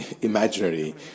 imaginary